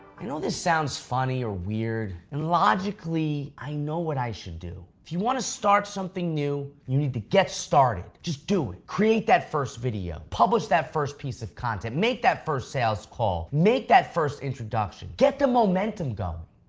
i know this sounds funny or weird. and logically i know what i should do. if you want to start something new you need to get started just do it. create that first video publish that first piece of content. make that first sales call. make that first introduction. get the momentum going.